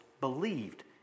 believed